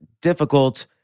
difficult